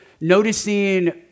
noticing